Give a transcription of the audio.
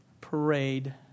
parade